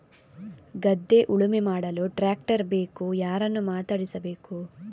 ಗದ್ಧೆ ಉಳುಮೆ ಮಾಡಲು ಟ್ರ್ಯಾಕ್ಟರ್ ಬೇಕು ಯಾರನ್ನು ಮಾತಾಡಿಸಬೇಕು?